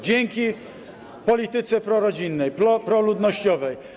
Dzięki polityce prorodzinnej, proludnościowej.